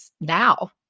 now